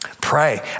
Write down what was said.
Pray